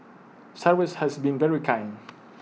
cyrus has been very kind